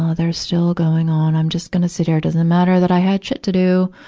ah they're still going on, i'm just gonna sit here, doesn't matter that i had shit to do.